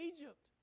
Egypt